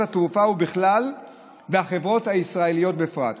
התעופה בכלל והחברות הישראליות בפרט.